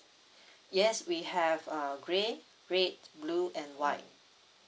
yes we have err grey red blue and white